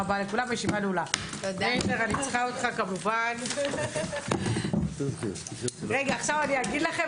הישיבה ננעלה בשעה 10:32.